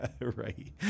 right